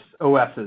OSs